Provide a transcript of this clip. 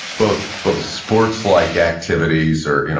both both sports-like activities or